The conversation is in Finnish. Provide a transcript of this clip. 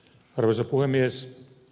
arvoisa puhemies